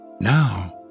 Now